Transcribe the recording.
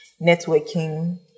networking